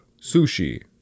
sushi